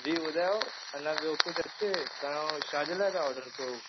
जी ॿुधायो अञा ॿियो कुझु अचे तव्हां छा जे लाइ था ऑडर कयो